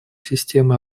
системы